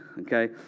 okay